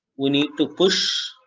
we need to push